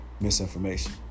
misinformation